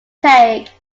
take